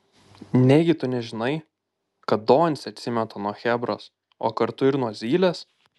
negi tu nežinai kad doncė atsimeta nuo chebros o kartu ir nuo zylės